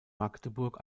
magdeburg